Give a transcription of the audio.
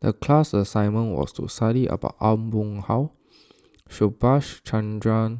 the class assignment was to study about Aw Boon Haw Subhas Chandra